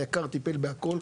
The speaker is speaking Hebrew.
היק"ר טיפל בהכל,